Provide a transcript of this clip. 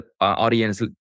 audience